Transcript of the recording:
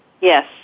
Yes